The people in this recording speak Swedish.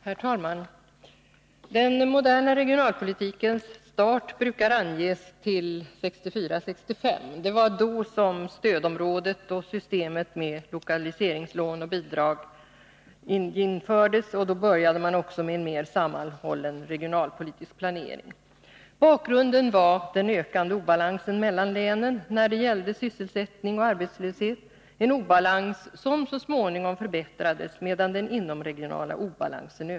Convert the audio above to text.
Herr talman! Den moderna regionalpolitikens start brukar anges till 1964-1965. Då infördes stödområdet och systemet med lokaliseringslån och bidrag, och då började en mer sammanhållen regionalpolitisk planering. Bakgrunden var den ökade obalansen mellan länen när det gällde sysselsättning och arbetslöshet — en obalans som så småningom förbättrades, medan den inomregionala obalansen ökade.